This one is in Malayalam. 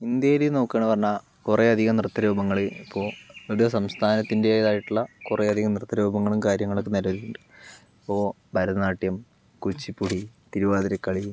ഇന്ത്യയിൽ നോക്കുകയാണെന്ന് പറഞ്ഞാൽ കുറേ അധികം നൃത്ത രൂപങ്ങൾ ഇപ്പോൾ ഒരു സംസ്ഥാനത്തിന്റേതായിട്ടുള്ള കുറേ അധികം നൃത്ത രൂപങ്ങളും കാര്യങ്ങളുമൊക്കെ നിലവിലുണ്ട് ഇപ്പോൾ ഭരതനാട്യം കുച്ചുപ്പുടി തിരുവാതിരക്കളി